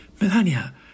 Melania